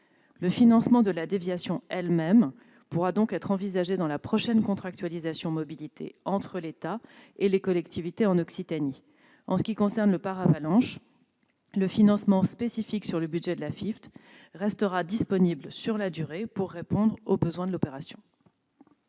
Le financement de la déviation elle-même pourra donc être envisagé dans la prochaine contractualisation « mobilité » entre l'État et les collectivités en Occitanie. En ce qui concerne le paravalanche, le financement spécifique sur le budget de l'Afitf restera disponible sur la durée pour répondre aux besoins de l'opération.